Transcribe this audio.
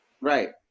Right